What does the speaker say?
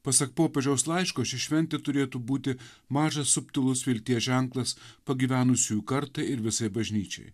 pasak popiežiaus laiško ši šventė turėtų būti mažas subtilus vilties ženklas pagyvenusiųjų kartą ir visai bažnyčiai